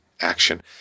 action